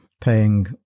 paying